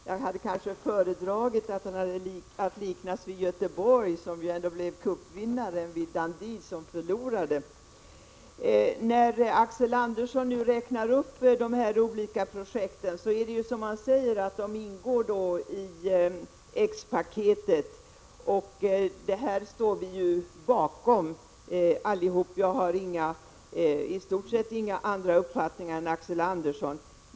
Herr talman! Jag fick ett mycket gott betyg av Axel Andersson, fastän jag kanske hade föredragit att liknas vid spelarna från Göteborg, som ju blev cupvinnare, framför spelarna från Dundee, som ju förlorade. De olika projekt som Axel Andersson räknar upp ingår i X-paketet, som vi alla står bakom. Jag har i stort sett samma uppfattning som Axel Andersson.